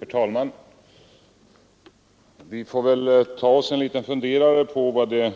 Herr talman! Vi får väl ta oss en funderare på vad det